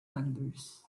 wanders